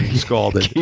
scalded.